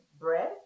bread